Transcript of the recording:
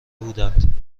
بودند